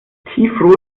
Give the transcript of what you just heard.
tiefrot